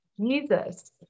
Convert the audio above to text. Jesus